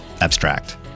abstract